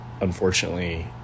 unfortunately